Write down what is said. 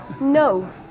no